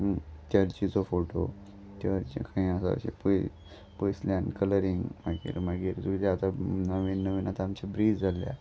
चर्चीचो photo church खंय आसा अशें पय पयसल्यान कलरींग आनी मागीर तूं जें आतां नवीन नवीन आतां आमचे ब्रीज जाल्या